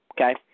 okay